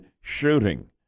shooting